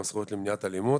גם סמכויות למניעת אלימות